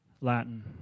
Latin